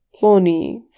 Plony